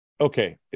Okay